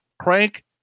Crank